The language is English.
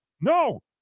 No